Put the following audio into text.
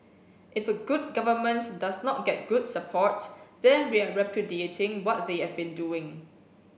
if a good government does not get good support then we are repudiating what they have been doing